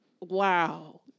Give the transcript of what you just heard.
wow